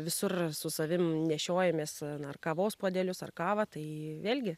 visur su savim nešiojamės na ar kavos puodelius ar kavą tai vėlgi